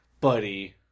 Buddy